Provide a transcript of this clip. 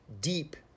deep